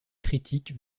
critique